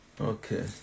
Okay